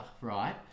right